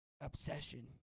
obsession